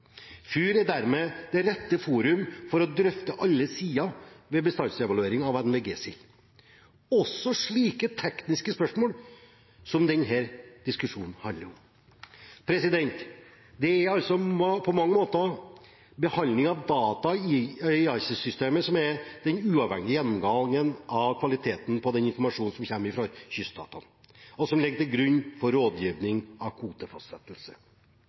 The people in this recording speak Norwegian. FUR er dermed det rette forum for å drøfte alle sider ved bestandsevaluering av NVG-sild, også slike tekniske spørsmål som denne diskusjonen handler om. Det er altså på mange måter behandling av data i ICES-systemet som er den uavhengige gjennomgangen av kvaliteten på informasjonen som kommer fra kyststatene, og som ligger til grunn for rådgivning om kvotefastsettelse. Utvikling av